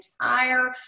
entire